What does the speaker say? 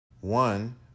One